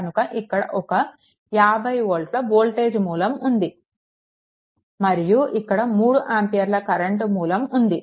కనుక ఇక్కడ ఒక 50 వోల్ట్ల వోల్టేజ్ మూలం ఉంది మరియు ఇక్కడ 3 ఆంపియర్ల కరెంట్ మూలం ఉంది